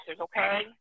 Okay